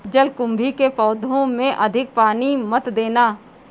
जलकुंभी के पौधों में अधिक पानी मत देना